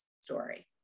story